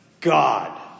God